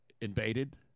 invaded